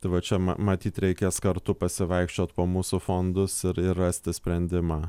tai vat čia ma matyt reikės kartu pasivaikščiot po mūsų fondus ir ir rasti sprendimą